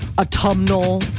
autumnal